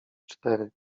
cztery